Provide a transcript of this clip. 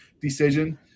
decision